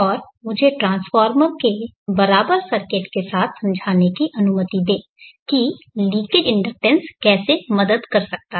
और मुझे ट्रांसफार्मर के बराबर सर्किट के साथ समझाने की अनुमति दें कि लीकेज इंडक्टेंस कैसे मदद कर सकता है